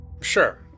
Sure